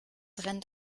rennt